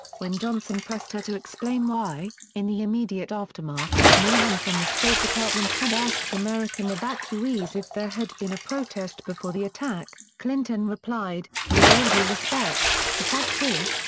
when johnson pressed her to explain why, in the immediate aftermath, no one from the state department had asked american evacuees if there had been a protest before the attack, clinton replied with all due respect, the fact is,